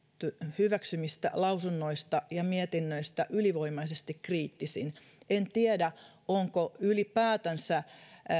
hyväksymistä lausunnoista ja mietinnöistä ylivoimaisesti kriittisin en tiedä onko ylipäätänsä